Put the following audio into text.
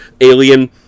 alien